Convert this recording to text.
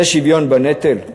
זה שוויון בנטל?